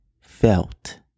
Felt